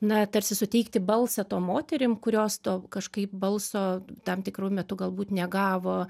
na tarsi suteikti balsą tom moterim kurios to kažkaip balso tam tikru metu galbūt negavo